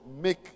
make